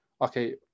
okay